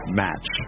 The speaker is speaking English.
match